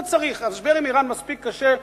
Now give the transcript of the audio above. לא צריך, המשבר עם אירן מספיק קשה.